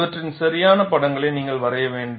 இவற்றின் சரியான படங்களை நீங்கள் வரைய வேண்டும்